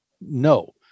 no